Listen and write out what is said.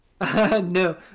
No